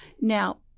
now